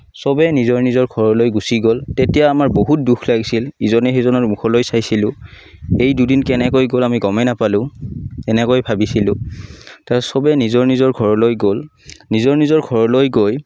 চবে নিজৰ নিজৰ ঘৰলৈ গুচি গ'ল তেতিয়া আমাৰ বহুত দুখ লাগিছিল ইজনে সিজনৰ মুখলৈ চাইছিলোঁ এই দুদিন কেনেকৈ গ'ল আমি গমেই নাপালোঁ এনেকৈ ভাবিছিলোঁ তাৰ চবে নিজৰ নিজৰ ঘৰলৈ গ'ল নিজৰ নিজৰ ঘৰলৈ গৈ